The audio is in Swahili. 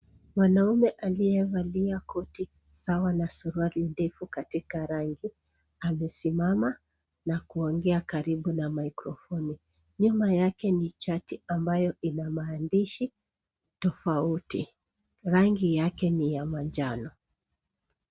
Wanaume aliyevalia koti sawa na suruali ndefu katika rangi amesimama na kuongea karibu na mikrofoni. Nyuma yake ni chati ambayo ina maandishi tofauti, rangi yake ni ya manjano.